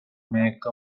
make